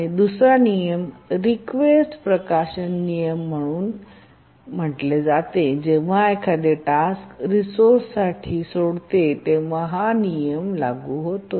दुसरा नियम रीक्वेस्ट प्रकाशन नियम म्हणून म्हटले जाते आणि जेव्हा एखादे टास्क रिसोर्से सोडते तेव्हा हा नियम लागू होतो